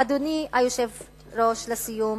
אדוני היושב-ראש, לסיום,